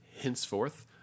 henceforth